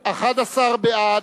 11 בעד,